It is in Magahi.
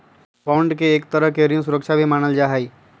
बांड के एक तरह के ऋण सुरक्षा भी मानल जा हई